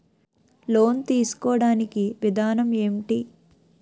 Loan తీసుకోడానికి విధానం ఏంటి?